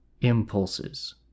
impulses